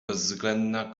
bezwzględna